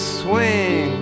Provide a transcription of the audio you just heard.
swing